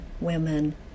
women